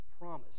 promise